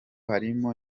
harimo